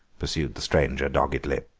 pursued the stranger doggedly.